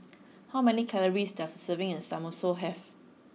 how many calories does a serving of Samosa have